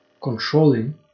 controlling